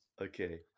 Okay